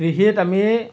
কৃষিত আমি